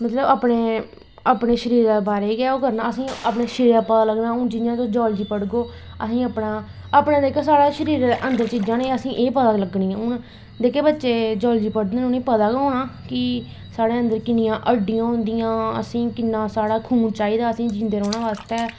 मतलव असें अपने शरीर दे बारे च है ओह् करना असेंगी अपनी शरीर दा पता लगदा जियां गै जियॉलजी पढ़गे अपने जेह्की साढ़े शरीर दे अन्दर चीजां न एह् असेंगी एह् पता लग्गनियां हून जेह्के बच्चे जियॉलजी पढ़दे उनेंगी पता गै होना कि साढ़े अन्दर किन्नियां हड्डियां होंदियां असैं किन्नी खून चाही दा असेंगी जींदे रौह्नै बास्तै